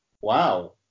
Wow